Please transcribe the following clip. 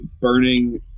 burning